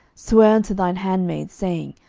swear unto thine handmaid, saying,